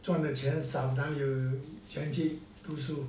赚的钱少哪里有钱去读书